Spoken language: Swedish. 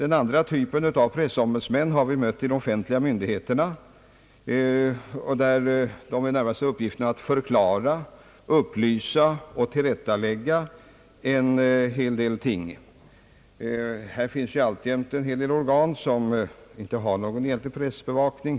En annan typ av pressombudsmän kan vi möta hos de offentliga myndigheterna, där de närmast har uppgiften att förklara, upplysa och tillrättalägga en hel del ting. Det förekommer ju alltjämt en del organ som inte har någon egentlig pressbevakning.